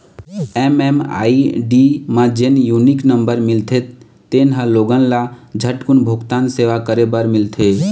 MMID म जेन unique number मिलथे तेन ह लोगन ल झटकून भूगतान सेवा करे बर मिलथे